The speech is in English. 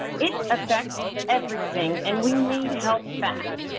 it affects everything, and we need help fast.